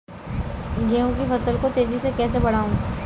गेहूँ की फसल को तेजी से कैसे बढ़ाऊँ?